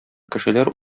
кешеләр